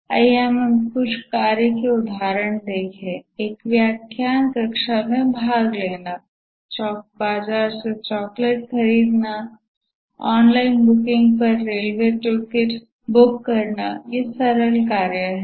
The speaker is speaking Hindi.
आइए हम एक कार्य के कुछ उदाहरण दें एक व्याख्यान कक्षा में भाग लेना बाजार से चॉकलेट खरीदने ऑनलाइन बुकिंग पर रेलवे टिकट बुक करना ये सरल कार्य हैं